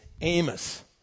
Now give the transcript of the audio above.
Amos